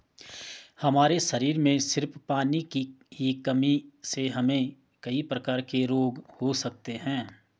हमारे शरीर में सिर्फ पानी की ही कमी से हमे कई प्रकार के रोग हो सकते है